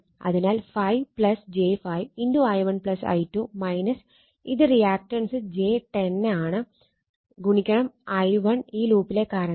അതിനാൽ 5 j 5 i1 i2 minus ഇത് reactance j 10 ആണ് ഗുണിക്കണം i1 ഈ ലൂപ്പിലെ കറണ്ട്